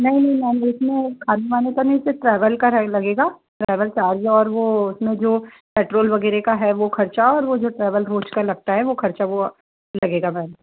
नहीं नहीं मैम इसमें खाने वाने का नहीं सिर्फ़ ट्रेवल का लगेगा ट्रेवल चार्ज और वह उसमें जो पेट्रोल वगैरह का है वह खर्चा और वह जो ट्रेवल रुट्स का लगता है वह खर्चा वह लगेगा मैम